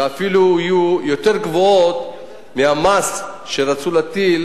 שאפילו יהיו יותר גבוהות מהמס שרצו להטיל